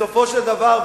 בסופו של דבר,